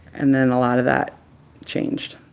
and then a lot of that changed